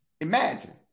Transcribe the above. imagine